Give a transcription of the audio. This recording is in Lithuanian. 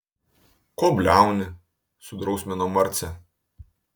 ko bliauni sudrausmino marcę